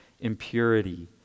impurity